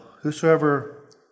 whosoever